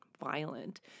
violent